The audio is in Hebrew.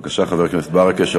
בבקשה, חבר הכנסת ברכה.